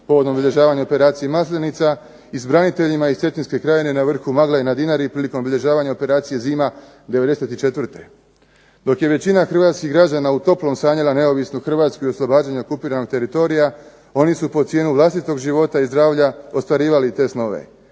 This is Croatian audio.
povodom obilježavanja operacije "Maslenica" i s braniteljima iz Cetinske krajine na vrhu Magle na Dinari prilikom obilježavanja operacije "Zima" '94. Dok je većina hrvatskih građana u toplom sanjala neovisnu Hrvatsku i oslobađanje okupiranog teritorija, oni su po cijenu vlastitog života i zdravlja ostvarivali te snove.